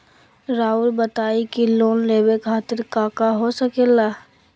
रउआ बताई की लोन लेवे खातिर काका हो सके ला?